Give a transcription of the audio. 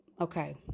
okay